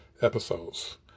episodes